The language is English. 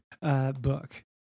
book